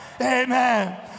Amen